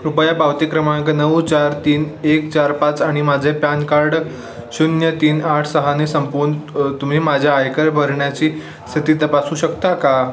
कृपया पावती क्रमांक नऊ चार तीन एक चार पाच आणि माझे पॅन कार्ड शून्य तीन आठ सहाने संपवून तुम्ही माझ्या आयकर भरण्याची स्थिती तपासू शकता का